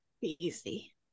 easy